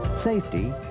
Safety